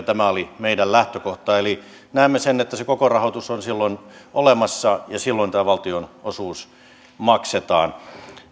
tämä oli meidän lähtökohtamme eli näemme sen että se koko rahoitus on silloin olemassa ja silloin tämä valtionosuus maksetaan